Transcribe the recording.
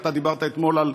אתה דיברת אתמול על